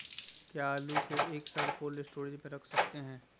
क्या आलू को एक साल कोल्ड स्टोरेज में रख सकते हैं?